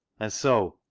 and so,